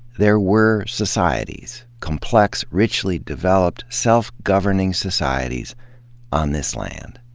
there were societies complex, richly developed, self-governing societies on this land.